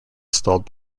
installed